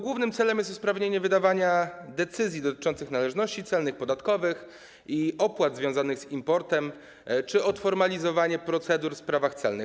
Głównym celem jest usprawnienie wydawania decyzji dotyczących należności celnych, podatkowych i opłat związanych z importem czy odformalizowanie procedur w sprawach celnych.